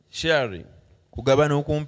sharing